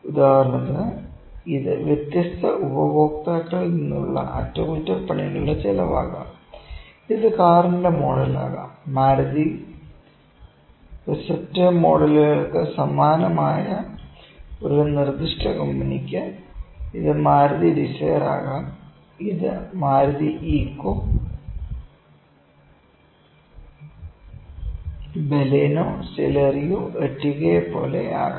ഉദാഹരണത്തിന് ഇത് വ്യത്യസ്ത ഉപഭോക്താക്കളിൽ നിന്നുള്ള അറ്റകുറ്റപ്പണികളുടെ ചിലവാകാം ഇത് കാറിന്റെ മോഡലാകാം മാരുതി റിസപ്റ്റർ മോഡലുകൾക്ക് സമാനമായ ഒരു നിർദ്ദിഷ്ട കമ്പനിക്ക് ഇത് മാരുതി ഡിസയർ ആകാം ഇത് മാരുതി ഇക്കോ ബലേനോ സെലെറിയോ എർട്ടിഗയെപ്പോലെ ആകാം